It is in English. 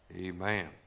Amen